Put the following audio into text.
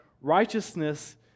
righteousness